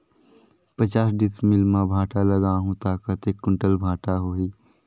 पचास डिसमिल मां भांटा लगाहूं ता कतेक कुंटल भांटा होही?